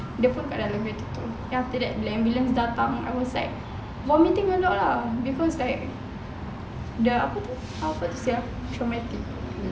dia pun kat dalam kereta tu then after that bila ambulance datang I was like vomiting a lot lah because like the apa itu how to say ah traumatic